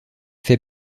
fait